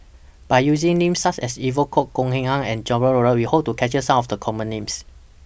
By using Names such as Evon Kow Goh Eng Han and Jacob Ballas We Hope to capture Some of The Common Names